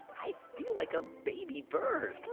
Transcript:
i feel like a baby bird